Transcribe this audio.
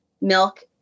milk